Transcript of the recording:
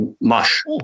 mush